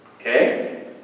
Okay